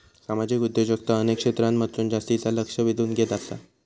सामाजिक उद्योजकता अनेक क्षेत्रांमधसून जास्तीचा लक्ष वेधून घेत आसा